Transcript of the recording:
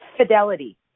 Fidelity